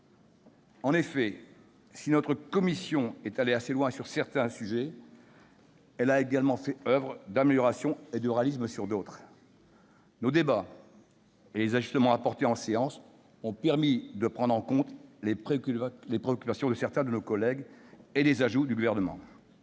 En effet, si notre commission est allée assez loin sur certains sujets, elle a également fait oeuvre d'amélioration et de réalisme sur d'autres. Nos débats et les ajustements apportés en séance ont permis de prendre en compte les préoccupations de certains de nos collègues et des ajouts du Gouvernement.